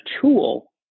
tool